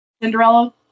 Cinderella